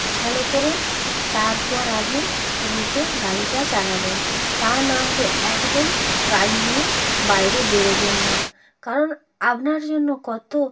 ভালো করুন তারপর আপনি রুটে গাড়িটা চালাবেন তা না হলে একদম গাড়ি নিয়ে বাইরে বেরোবেন না কারণ আপনার জন্য কত